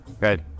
Good